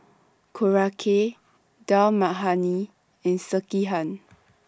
Korokke Dal Makhani and Sekihan